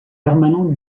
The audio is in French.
permanent